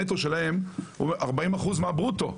הנטו שלהם 40% מהברוטו,